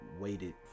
waited